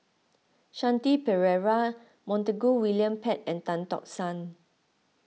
Shanti Pereira Montague William Pett and Tan Tock San